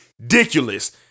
Ridiculous